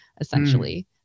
essentially